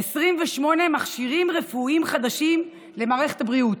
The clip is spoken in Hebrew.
28 מכשירים רפואיים חדשים למערכת הבריאות,